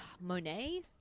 Monet